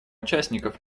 участников